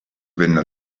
venne